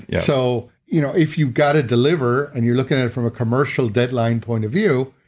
yeah so you know if you've got to deliver and you're looking at it from a commercial deadline point of view,